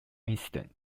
incident